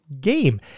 game